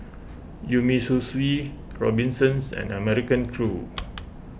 Umisushi Robinsons and American Crew